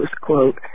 quote